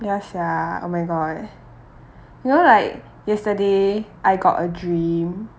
ya sia oh my god you know like yesterday I got a dream